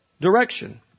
direction